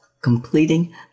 completing